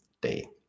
day